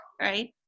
Right